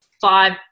five